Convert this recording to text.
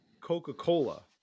Coca-Cola